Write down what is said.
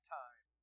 time